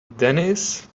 dennis